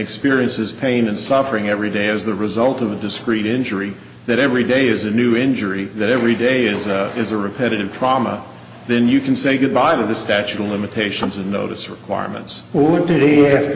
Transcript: experiences pain and suffering every day as the result of a discrete injury that every day is a new injury that every day is is a repetitive trauma then you can say goodbye to the statute of limitations and notice requirements were did